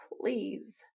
please